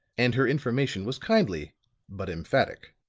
and her information was kindly but emphatic.